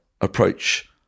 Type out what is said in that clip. approach